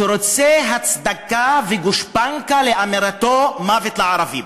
שרוצה הצדקה וגושפנקה לאמירתו "מוות לערבים".